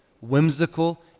whimsical